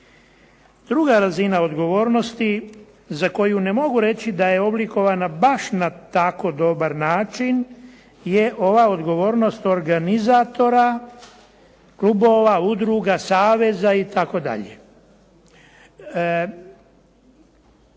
Druga razina odgovornosti za koju ne mogu da je oblikovana baš na tako dobar način, je ova odgovornost organizatora, klubova, udruga, saveza itd.